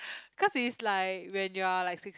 cause it's like when you are like six